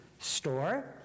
store